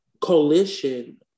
coalition